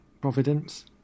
Providence